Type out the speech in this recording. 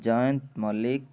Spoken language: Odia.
ଜୟନ୍ତ ମଲ୍ଲିକ୍